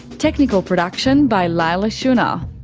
technical production by leila shunnar,